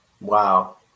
Wow